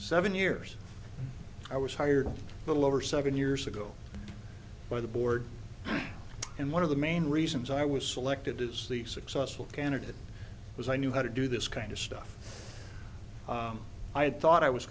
seven years i was hired a little over seven years ago by the board and one of the main reasons i was selected as the successful candidate was i knew how to do this kind of stuff i had thought i was